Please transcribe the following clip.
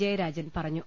ജയരാജൻ പറഞ്ഞു